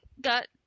got